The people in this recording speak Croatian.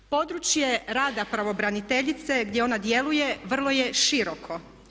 Područje rada pravobraniteljice gdje ona djeluje vrlo je široko.